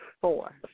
four